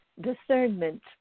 discernment